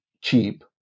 cheap